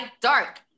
dark